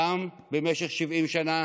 גם במשך 70 שנה,